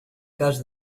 cas